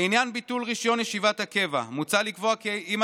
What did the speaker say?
לעניין ביטול רישיון ישיבת הקבע מוצע לקבוע כי אם